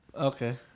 Okay